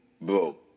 bro